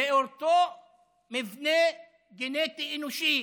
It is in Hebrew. זה אותו מבנה גנטי אנושי.